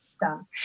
done